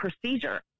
procedure